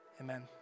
amen